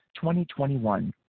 2021